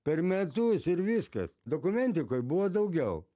per metus ir viskas dokumentikoj buvo daugiau